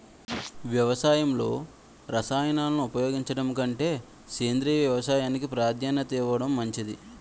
వ్యవసాయంలో రసాయనాలను ఉపయోగించడం కంటే సేంద్రియ వ్యవసాయానికి ప్రాధాన్యత ఇవ్వడం మంచిది